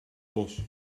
bos